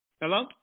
Hello